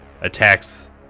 attacks